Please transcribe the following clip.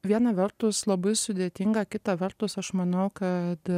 viena vertus labai sudėtinga kita vertus aš manau kad